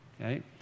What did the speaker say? okay